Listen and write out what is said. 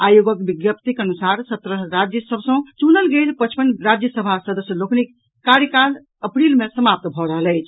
आयोगक विज्ञप्तिक अनुसार सत्रह राज्य सभ सॅ चुनल गेल पचपन राज्यसभा सदस्य लोकनिक कार्यकाल अप्रील मे समाप्त भऽ रहल अछि